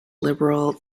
liberal